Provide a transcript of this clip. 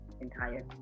Entire